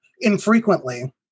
infrequently